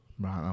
Right